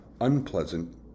unpleasant